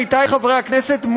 עמיתי חברי הכנסת,